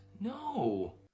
No